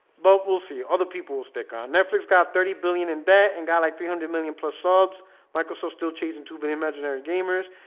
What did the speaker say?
but we'll see other people will stick on netflix got thirty billion in debt and got like three hundred million plus subs michael so still chasing to the imaginary gamers.